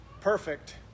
perfect